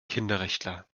kinderrechtler